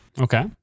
Okay